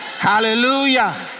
Hallelujah